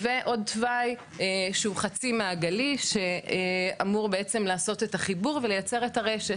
ועוד תוואי שהוא חצי מעגלי שאמור בעצם לעשות את החיבור ולייצר את הרשת